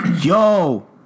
Yo